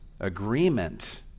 agreement